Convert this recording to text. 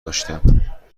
داشتم